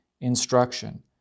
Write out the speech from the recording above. instruction